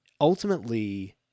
ultimately